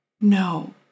No